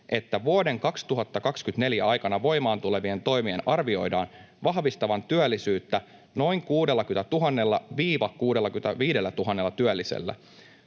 että vuoden 2024 aikana voimaan tulevien toimien arvioidaan vahvistavan työllisyyttä noin 60 000—65 000 työllisellä.